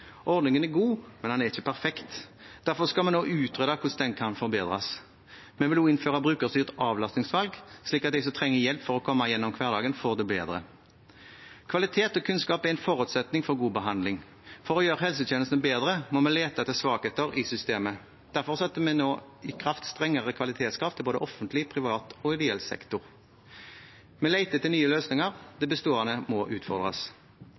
Ordningen er god, men den er ikke perfekt. Derfor skal vi nå utrede hvordan den kan forbedres. Vi vil også innføre brukerstyrt avlastningsvalg, slik at de som trenger hjelp for å komme igjennom hverdagen, får det bedre. Kvalitet og kunnskap er en forutsetning for god behandling. For å gjøre helsetjenestene bedre må vi lete etter svakheter i systemet. Derfor setter vi nå i kraft strengere kvalitetskrav til både offentlig, privat og ideell sektor. Vi leter etter nye løsninger – det bestående må utfordres.